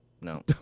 No